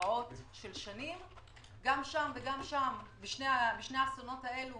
והתרעות של שנים, גם שם וגם שם, בשני האסונות האלה